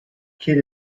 kid